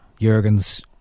Jurgen's